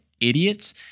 idiots